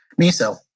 Miso